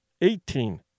eighteen